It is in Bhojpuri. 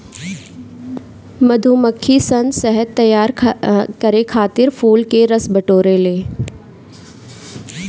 मधुमक्खी सन शहद तैयार करे खातिर फूल के रस बटोरे ले